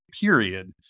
period